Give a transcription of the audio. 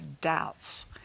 doubts